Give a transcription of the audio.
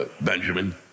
Benjamin